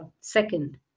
second